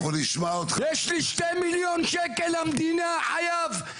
יש לי שני מיליון שקל למדינה חייב,